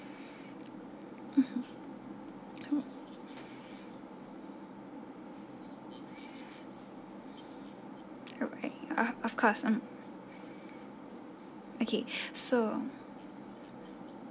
mmhmm alright of of course mm okay so